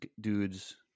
dudes